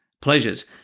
pleasures